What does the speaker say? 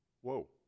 Whoa